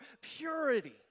purity